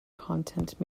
content